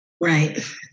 right